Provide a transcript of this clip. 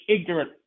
ignorant